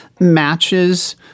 matches